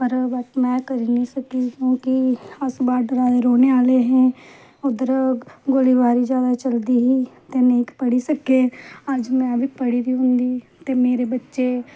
में करी नीं सकी क्यूंकि अस बार्डरा दे रौह्ने आह्ले हे उद्धर गोली बारी जैदा चलदी ही ते नेईं पढ़ी सके अज्ज में बी पढ़ी दी होंदी ही ते मेरे बच्चे